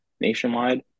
Nationwide